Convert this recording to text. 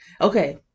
Okay